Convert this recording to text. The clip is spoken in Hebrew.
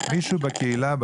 מישהו בקהילה,